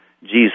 Jesus